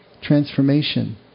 transformation